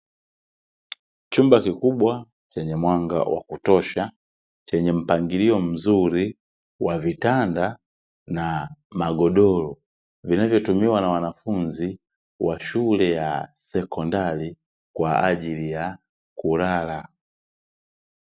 Chumba kikubwa chenye mwanga wa kutosha, chenye mpangilio mzuri wa vitanda na magodoro, vinavyotumiwa na wanafunzi wa shule ya sekondari kwa ajili ya kulala.